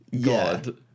God